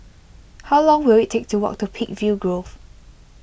how long will it take to walk to Peakville Grove